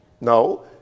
No